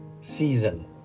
season